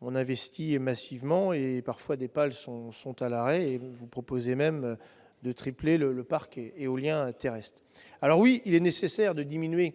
on investit pourtant massivement : alors que, parfois, des pales sont à l'arrêt, vous proposez de tripler le parc éolien terrestre. Certes, il est nécessaire de diminuer